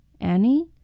Annie